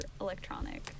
electronic